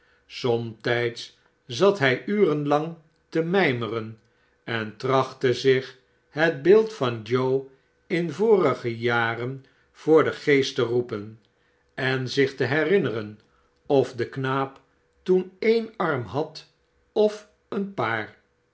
somtijds zat hij uren lang te mijmeren en trachtte zich het beeld van joe in vorige jaren voor den geest te roepen en zich te herinneren of de knaap toen e'en arm had of een paar